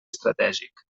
estratègic